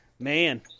Man